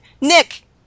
Nick